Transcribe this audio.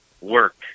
work